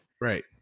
Right